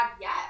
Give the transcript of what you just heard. yes